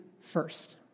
first